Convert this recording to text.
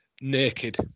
naked